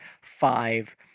five